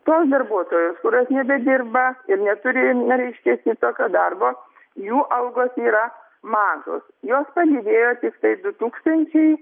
tos darbuotojos kurios nebedirba ir neturi reiškiasi tokio darbo jų algos yra mažos jos padidėjo tiktai du tūkstančiai